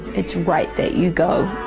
it's right that you go.